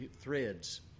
threads